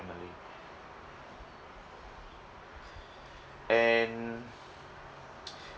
family and